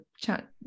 chat